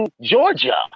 Georgia